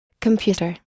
computer